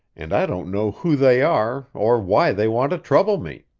and i don't know who they are or why they want to trouble me.